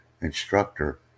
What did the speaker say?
instructor